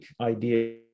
idea